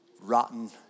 rotten